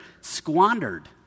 squandered